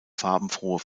farbenfrohe